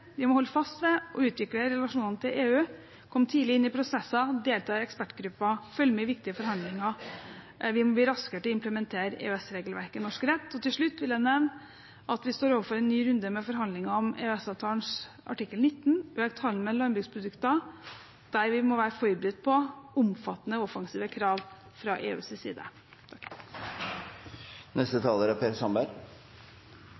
Vi må holde fast ved og utvikle relasjonene til EU, komme tidlig inn i prosesser, delta i ekspertgrupper, følge med i viktige forhandlinger, og vi må bli raskere til å implementere EØS-regelverket i norsk rett. Til slutt vil jeg nevne at vi står overfor en ny runde med forhandlinger om EØS-avtalens artikkel 19, om økt handel med landbruksprodukter, der vi må være forberedt på omfattende og offensive krav fra EUs side.